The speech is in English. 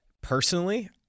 personally